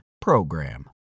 PROGRAM